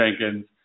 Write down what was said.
Jenkins